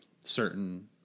certain